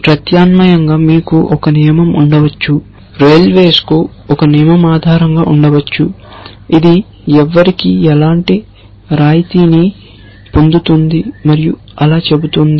ప్రత్యామ్నాయంగా మీకు ఒక నియమం ఉండవచ్చు రైల్వేలకు ఒక నియమం ఆధారంగా ఉండవచ్చు ఇది ఎవరికి ఎలాంటి రాయితీని పొందుతుంది మరియు అలా చెబుతుంది